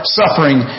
suffering